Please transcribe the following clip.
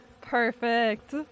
Perfect